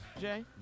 Jay